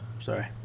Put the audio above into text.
sorry